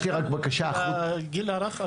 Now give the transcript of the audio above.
יש לי רק בקשה --- הגיל הרך,